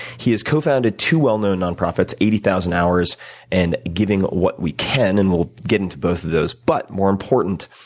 he has cofounded two well-known nonprofits, eighty thousand hours and giving what we can. and we'll get into both of those. but more important,